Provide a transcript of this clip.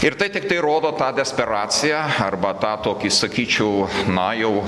ir tai tiktai rodo tą desperaciją arba tą tokį sakyčiau na jau